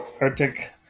Arctic